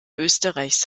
österreichs